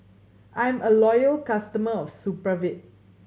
I'm a loyal customer of Supravit